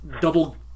double